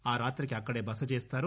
ఆ రాత్రికి అక్కడే బసచేస్తారు